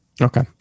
Okay